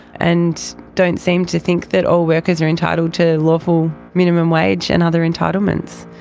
and don't seem to think that all workers are entitled to lawful minimum wage and other entitlements.